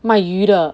卖鱼的